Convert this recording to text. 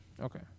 Okay